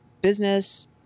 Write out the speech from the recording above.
business